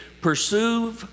pursue